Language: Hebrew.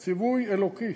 זה ציווי אלוקי.